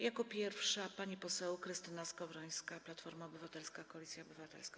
Jako pierwsza pani poseł Krystyna Skowrońska, Platforma Obywatelska - Koalicja Obywatelska.